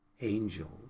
angels